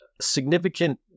significant